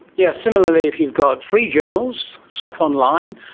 yes, similarly if you've got free journals, stuff online,